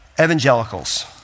Evangelicals